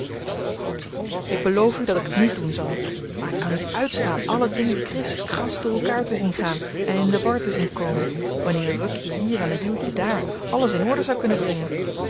goed ik beloof u dat ik het niet doen zal maar ik kan niet uitstaan alle dingen kris kras door elkaar te zien gaan en in de war te zien komen wanneer een rukje hier en een duwtje daar alles in orde zou kunnen brengen